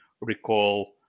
recall